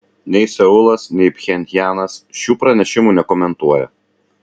nei seulas nei pchenjanas šių pranešimų nekomentuoja